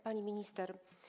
Pani Minister!